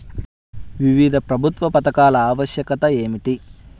వివిధ ప్రభుత్వా పథకాల ఆవశ్యకత ఏమిటి?